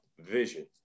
vision